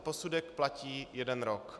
Ten posudek platí jeden rok.